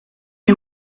die